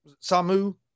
Samu